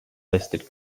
listed